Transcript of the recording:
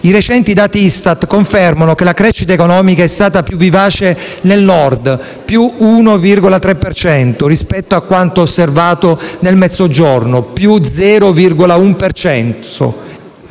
I recenti dati ISTAT confermano che la crescita economica è stata più vivace nel Nord (più 1,3 per cento) rispetto a quanto osservato nel Mezzogiorno (più 0,1